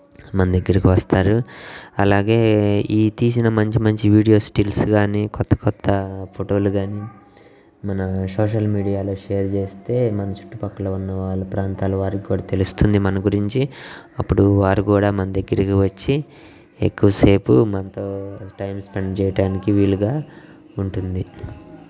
మన దగ్గరకి వస్తారు అలాగే ఈ తీసిన మంచి మంచి వీడియోస్ స్టిల్స్ కానీ కొత్త కొత్త ఫోటోలు కానీ మన సోషల్ మీడియాలో షేర్ చేస్తే మన చుట్టుపక్కల ఉన్న వాళ్ళు ప్రాంతాల వారికి కూడా తెలుస్తుంది మన గురించి అప్పుడు వారు కూడా మన దగ్గరకి వచ్చి ఎక్కువసేపు మనతో టైం స్పెండ్ చేయటానికి వీలుగా ఉంటుంది